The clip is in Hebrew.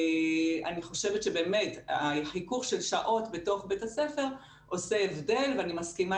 אני חושבת באמת שהחיכוך של שעות בתוך בית הספר עושה הבדל ואני מסכימה